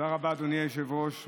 היושב-ראש.